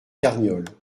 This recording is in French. carniole